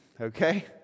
Okay